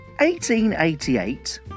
1888